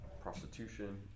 prostitution